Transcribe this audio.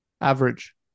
average